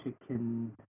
chicken